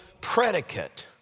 predicate